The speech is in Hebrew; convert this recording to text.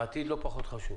העתיד לא פחות חשוב.